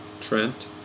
Trent